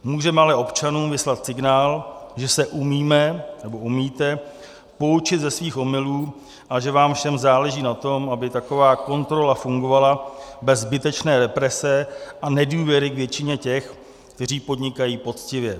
Můžeme ale občanům vyslat signál, že se umíme, nebo umíte poučit ze svých omylů a že vám všem záleží na tom, aby taková kontrola fungovala bez zbytečné represe a nedůvěry k většině těch, kteří podnikají poctivě.